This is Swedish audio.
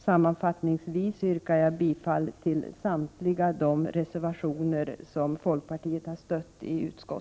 Sammanfattningsvis yrkar jag bifall till samtliga reservationer som folkpartiet står bakom.